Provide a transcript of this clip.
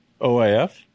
OAF